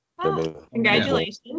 Congratulations